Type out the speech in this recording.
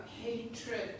hatred